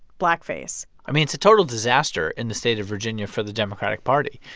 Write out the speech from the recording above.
blackface i mean, it's a total disaster in the state of virginia for the democratic party.